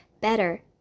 better